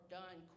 done